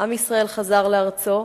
עם ישראל חזר לארצו,